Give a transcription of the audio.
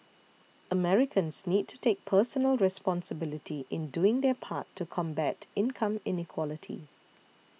Americans need to take personal responsibility in doing their part to combat income inequality